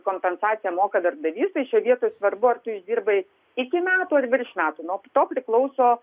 kompensaciją moka darbdavys tai šioj vietoj svarbu ar tu išdirbai iki metų ar virš metų nuo to priklauso